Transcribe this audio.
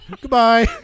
Goodbye